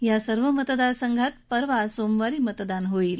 या सर्व मतदार संघात परवा सोमवारी मतदान होणार आहे